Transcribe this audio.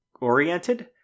oriented